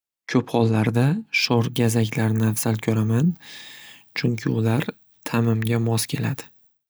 Ko'p hollarda sho'r gazaklarni afzal ko'raman chunki ular ta'mimga mos keladi.